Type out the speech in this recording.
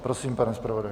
Prosím, pane zpravodaji.